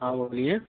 हाँ बोलिए